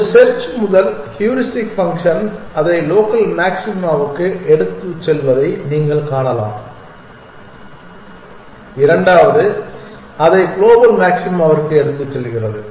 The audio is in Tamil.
ஒரு செர்ச் முதல் ஹூரிஸ்டிக் ஃபங்க்ஷன் அதை லோக்கல் மாக்சிமாவுக்கு எடுத்துச் செல்வதை நீங்கள் காணலாம் இரண்டாவது அதை க்ளோபல் மாக்சிமா ற்கு எடுத்துச் செல்கிறது